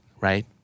right